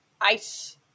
ice